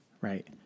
right